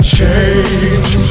Change